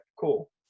cool